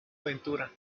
aventura